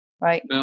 right